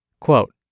Quote